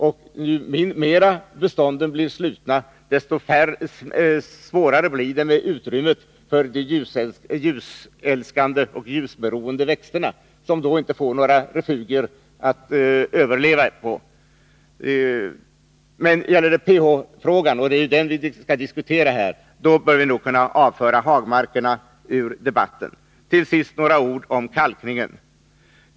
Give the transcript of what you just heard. Ju mer slutna bestånden blir, desto mindre blir utrymmet för de ljusälskande och ljusberoende växterna, som därmed inte får några refugier att överleva på. Men när det gäller pH-frågan, som vi ju skall diskutera här, bör vi nog kunna avföra hagmarkerna ur debatten. Till sist några ord om kalkningen.